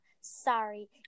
Sorry